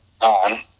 on